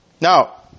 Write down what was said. Now